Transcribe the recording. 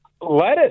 lettuce